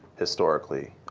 historically.